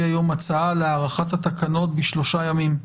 היום הצעה להארכת התקנות בשלושה ימים,